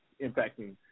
impacting